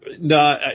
No